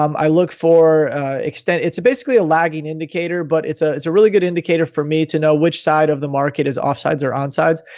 um i look for extend, it's basically a lagging indicator, but it's ah it's a really good indicator for me to know which side of the market is offsides or onsides.